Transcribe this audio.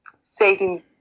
Satan